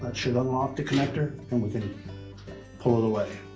and should unlock the connector and we can pull it away.